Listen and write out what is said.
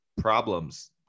problems